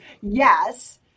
yes